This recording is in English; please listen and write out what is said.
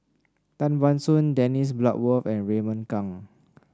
Tan Ban Soon Dennis Bloodworth and Raymond Kang